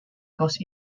cause